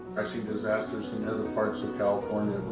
i see disasters in other parts of california.